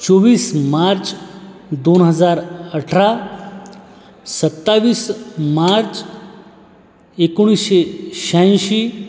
चोवीस मार्च दोन हजार अठरा सत्तावीस मार्च एकोणीसशे शहाऐंशी